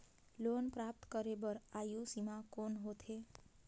Loan प्राप्त करे बर आयु सीमा कौन होथे?